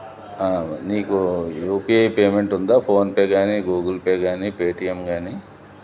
నీకు U P I payment ఉందా PhonePe గానీ గూగుల్ పే గానీ పేటిఎం గానీ